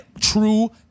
true